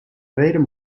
reden